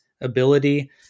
ability